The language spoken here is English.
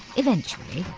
eventually,